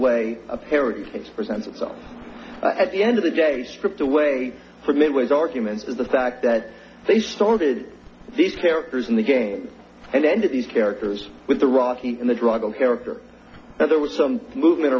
way a parent it's present itself at the end of the day stripped away from it with arguments of the fact that they started these characters in the game and ended these characters with the rocky in the drug character and there was some movement